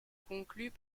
concluent